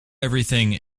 everything